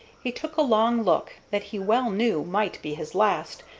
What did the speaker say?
he took a long look, that he well knew might be his last,